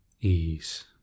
ease